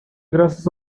graças